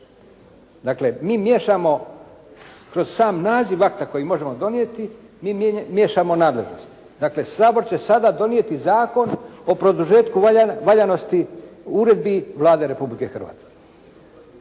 Dakle, mi miješamo kroz sam naziv akta koji možemo donijeti, mi miješamo nadležnosti. Dakle Sabor će sada donijeti Zakon o produžetku valjanosti uredbi Vlade Republike Hrvatske.